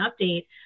update